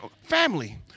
family